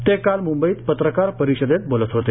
ते काल म्ंबईत पत्रकार परिषदेत बोलत होते